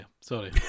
sorry